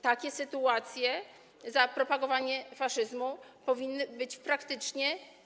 Takie sytuacje, propagowanie faszyzmu, powinny być praktycznie.